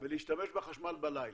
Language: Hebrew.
ולהשתמש בחשמל בלילה,